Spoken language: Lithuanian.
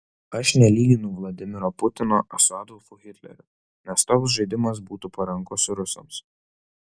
aš nelyginu vladimiro putino su adolfu hitleriu nes toks žaidimas būtų parankus rusams